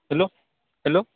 hello hello